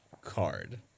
card